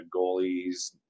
goalies